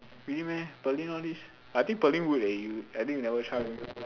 really meh Perlyn all this I think Perlyn would eh you I think you never try only